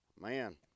man